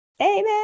Amen